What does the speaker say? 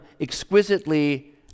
exquisitely